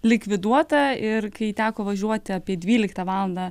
likviduota ir kai teko važiuoti apie dvyliktą valandą